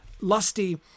lusty